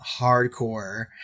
hardcore